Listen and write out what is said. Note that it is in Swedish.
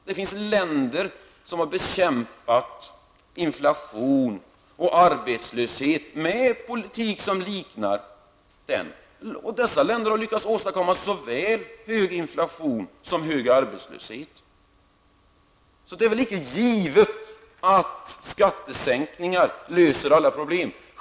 Det finns länder som har bekämpat inflation och arbetslöshet med politik som liknar den, och dessa länder har lyckats åstadkomma såväl hög inflation som hög arbetslöshet. Så det är väl inte givet att skattesänkningar löser alla problem.